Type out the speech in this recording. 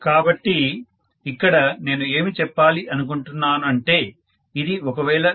కాబట్టి ఇక్కడ నేను ఏమి చెప్పాలి అనుకుంటున్నాను అంటే ఇది ఒకవేళ 220V 2